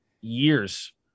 years